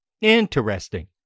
Interesting